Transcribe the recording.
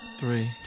three